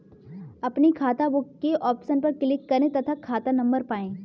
अपनी खाताबुक के ऑप्शन पर क्लिक करें तथा खाता नंबर पाएं